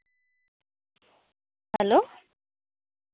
hello